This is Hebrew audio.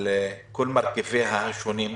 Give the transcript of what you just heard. על כל מרכיביה השונים,